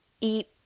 eat